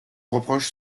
reproche